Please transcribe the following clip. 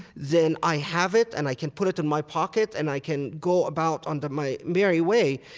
then i have it, and i can put it in my pocket and i can go about unto my merry way,